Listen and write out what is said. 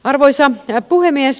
arvoisa puhemies